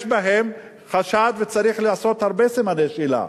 בהם חשד וצריך לעשות הרבה סימני שאלה,